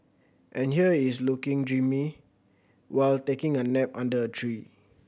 and here is looking dreamy while taking a nap under a tree